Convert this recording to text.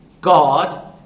God